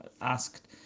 asked